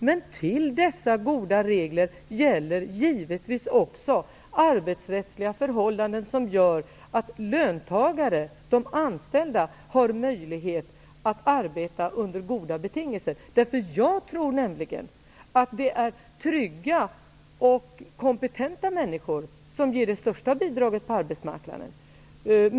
Men till dessa goda regler gäller givetvis också arbetsrättsliga förhållanden som gör att löntagare, de anställda, har möjlighet att arbeta under goda betingelser. Jag tror att trygga och kompetenta människor ger det största bidraget på arbetsmarknaden.